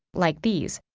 like these,